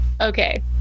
okay